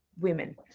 women